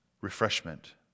refreshment